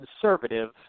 conservative